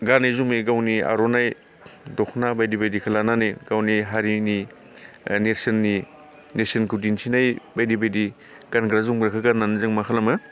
गानै जोमै गावनि आर'नाइ दख'ना बायदि बायदिखो लानानै गावनि हारिनि ओ नेरसोननि नेरसोनखौ दिन्थिनाय बायदि बायदि गानग्रा जोमग्राखौ गाननानै जों मा खालामो